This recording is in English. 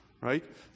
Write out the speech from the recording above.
right